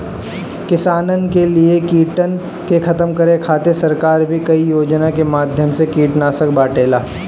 किसानन के लिए कीटन के खतम करे खातिर सरकार भी कई योजना के माध्यम से कीटनाशक बांटेले